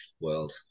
world